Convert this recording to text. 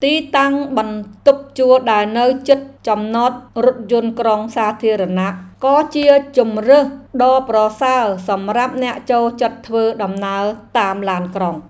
ទីតាំងបន្ទប់ជួលដែលនៅជិតចំណតរថយន្តក្រុងសាធារណៈក៏ជាជម្រើសដ៏ប្រសើរសម្រាប់អ្នកចូលចិត្តធ្វើដំណើរតាមឡានក្រុង។